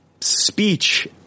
speech